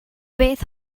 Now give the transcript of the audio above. beth